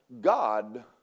God